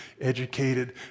educated